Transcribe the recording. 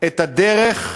את הדרך,